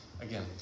again